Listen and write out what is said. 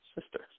sister